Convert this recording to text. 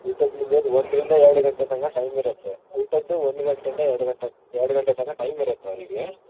ಊಟದ್ದು ಮುಗಿಯೋದು ಒಂದರಿಂದ ಎರಡು ಗಂಟೆ ತನಕ ಟೈಮ್ ಇರತ್ತೆ ಊಟದ್ದು ಒಂದ್ಗಂಟೆಯಿಂದ ಎರಡು ಗಂಟೆ ಎರಡು ಗಂಟೆ ತನಕ ಟೈಮ್ ಇರತ್ತೆ ಅವರಿಗೆ